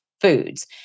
foods